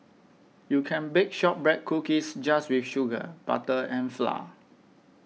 you can bake Shortbread Cookies just with sugar butter and flour